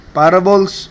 parables